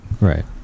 Right